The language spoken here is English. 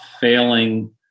failing